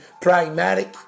pragmatic